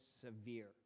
severe